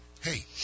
hey